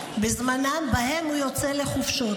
בזמנים שבהם הוא יוצא לחופשות,